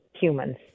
humans